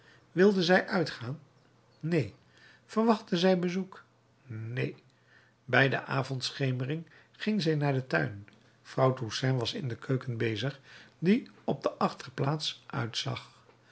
wilde zij uitgaan neen verwachtte zij bezoek neen bij de avondschemering ging zij naar den tuin vrouw toussaint was in de keuken bezig die op de achterplaats uitzag